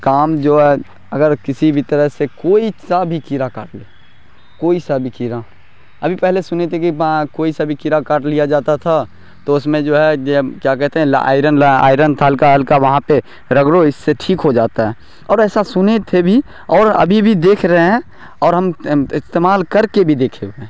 کام جو ہے اگر کسی بھی طرح سے کوئی سا بھی کیڑا کاٹ لے کوئی سا بھی کیڑا ابھی پہلے سنے تھے کہ کوئی سا بھی کیڑا کاٹ لیا جاتا تھا تو اس میں جو ہے کیا کہتے ہیں لا آئرن لا آئرن تھا ہلکا ہلکا وہاں پہ رگڑو اس سے ٹھیک ہو جاتا ہے اور ایسا سنے تھے بھی اور ابھی بھی دیکھ رہے ہیں اور ہم استعمال کر کے بھی دیکھے ہوئے ہیں